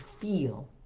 feel